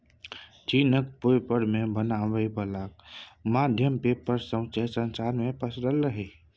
चीनक पेपर बनाबै बलाक माध्यमे पेपर सौंसे संसार मे पसरल रहय